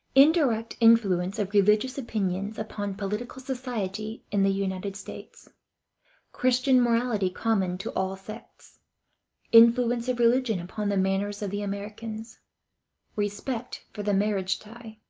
indirect influence of religious opinions upon political society in the united states christian morality common to all sects influence of religion upon the manners of the americans respect for the marriage tie